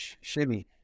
Shimmy